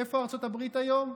איפה ארצות הברית היום?